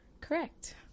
Correct